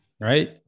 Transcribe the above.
Right